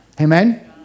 Amen